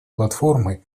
платформы